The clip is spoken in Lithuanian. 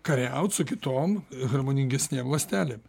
kariaut su kitom harmoningesnėm ląstelėm